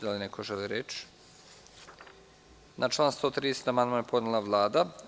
Da li neko želi reč? (Ne.) Na član 130. amandman je podnela Vlada.